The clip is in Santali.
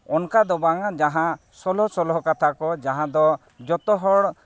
ᱚᱱᱠᱟ ᱫᱚ ᱵᱟᱝᱼᱟ ᱡᱟᱦᱟᱸ ᱥᱚᱞᱦᱚ ᱥᱚᱞᱦᱚ ᱠᱟᱛᱟ ᱠᱚ ᱡᱟᱦᱟᱸ ᱫᱚ ᱡᱚᱛᱚ ᱦᱚᱲ